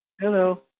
Hello